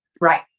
Right